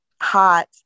hot